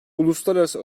uluslararası